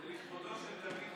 לתמוך.